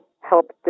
helped